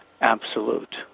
absolute